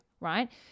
right